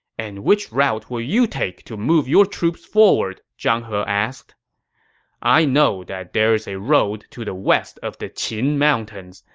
and which route will you take to move your troops forward? zhang he asked i know that there is a road to the west of the qin mountains,